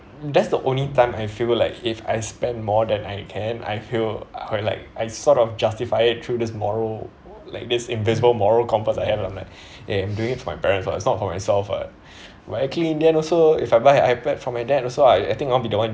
that's the only time I feel like if I spend more than I can I feel quite like I sort of justify it through this moral like this invisible moral compass I have I'm like eh I'm doing it for my parents lah it's not for myself [what] but actually in the end also if I buy iPad for my dad also I think I'll be the one